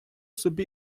собі